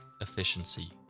efficiency